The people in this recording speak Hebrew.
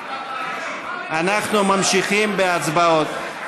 אנחנו ממשיכים בהצבעות.